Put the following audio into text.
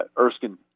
Erskine